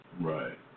Right